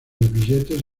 billetes